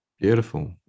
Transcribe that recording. Beautiful